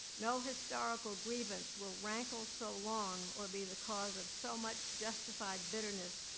no historical grievance will rankle so long, or be the cause of so much justified bitterness,